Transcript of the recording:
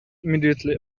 immediately